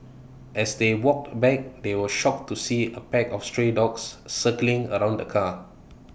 as they walked back they were shocked to see A pack of stray dogs circling around the car